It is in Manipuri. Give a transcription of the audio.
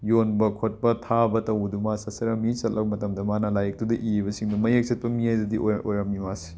ꯌꯣꯟꯕ ꯈꯣꯠꯄ ꯊꯥꯕ ꯇꯧꯕꯗꯨ ꯃꯥ ꯆꯠꯆꯔꯝꯃꯤ ꯆꯠꯂꯕ ꯃꯇꯝꯗ ꯃꯥꯅ ꯂꯥꯏꯔꯤꯛꯇꯨꯗ ꯏꯔꯤꯕꯁꯤꯡꯗꯨ ꯃꯌꯦꯛ ꯆꯠꯄ ꯃꯤ ꯍꯥꯏꯗꯨꯗꯤ ꯑꯦꯏꯔ ꯑꯣꯔꯝꯃꯤ ꯃꯥꯁꯤ